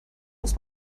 muss